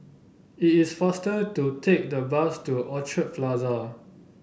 it is faster to take the bus to Orchard Plaza